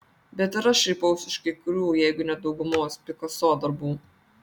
bet ir aš šaipausi iš kai kurių jeigu ne daugumos pikaso darbų